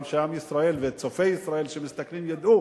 גם שעם ישראל וצופי ישראל שמסתכלים ידעו